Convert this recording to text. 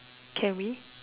can we